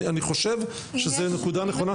אני חושב שזאת נקודה נכונה.